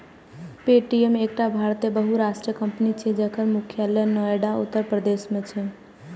Paytm एकटा भारतीय बहुराष्ट्रीय कंपनी छियै, जकर मुख्यालय नोएडा, उत्तर प्रदेश मे छै